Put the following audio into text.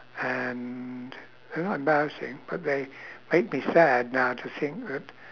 and well not embarrassing but they make me sad now to think that